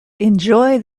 enjoy